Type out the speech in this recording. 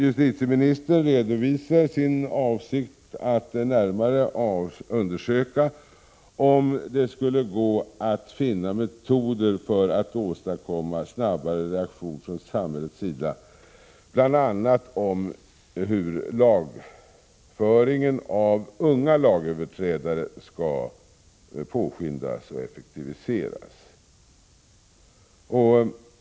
Justitieministern redovisar sin avsikt att närmare undersöka om det inte skulle gå att finna metoder för att åstadkomma en snabbare reaktion från samhällets sida, bl.a. om hur lagföringen av unga lagöverträdare skall påskyndas och effektiviseras.